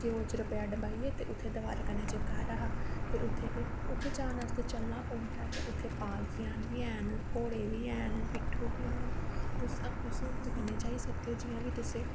घ्यो च रपेआ डबाईयै ते उत्थें दवारै कन्नै चिपकाया हा उत्थें जाने आस्तै चलना पौंदा ऐ ते पालकियां बी हैन घोड़े बी हैन भिट्ठू बी हैन तुस अपनी स्हूलत कन्नै जाई सकदे ओ